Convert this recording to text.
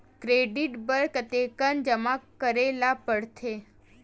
Credit बर कतेकन जमा करे ल पड़थे?